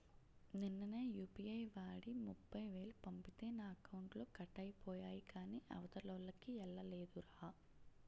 నిన్ననే యూ.పి.ఐ వాడి ముప్ఫైవేలు పంపితే నా అకౌంట్లో కట్ అయిపోయాయి కాని అవతలోల్లకి ఎల్లలేదురా